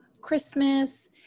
Christmas